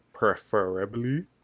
preferably